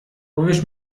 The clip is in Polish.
powiesz